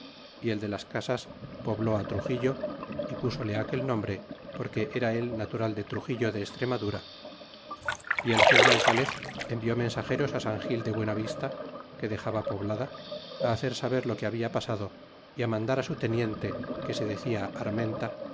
y el de las casas pobló á truxillo y pínole aquel nombre porque era él natural de truxillo de e stremadura el gil gonzalez envió mensageros á san gil dey buenavista que dexaba poblada á hacer saber lo que habla pasado y á mandar á su teniente que se decia armenia